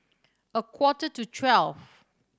a quarter to twelve